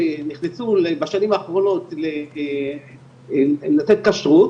שנכנסו בשנים האחרונות לתת כשרות,